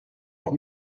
noch